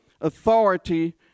authority